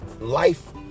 life